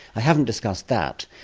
i haven't discussed that.